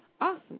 Awesome